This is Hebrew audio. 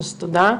אז תודה.